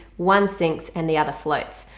one sinks and the other floats.